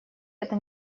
это